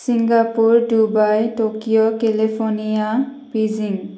Singapore Dubai Tokyo California Beijing